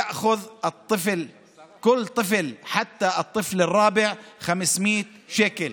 הצלחה כך שכל ילד עד הילד הרביעי יקבל 500 שקל